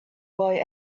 boy